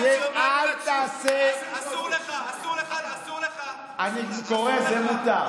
אני קורא את זה.